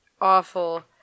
Awful